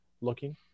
looking